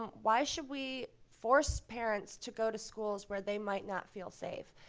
why should we force parents to go to schools where they might not feel safe?